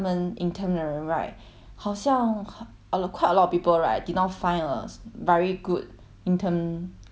好像 uh quite a lot of people right did not find a very good internship job 你知道吗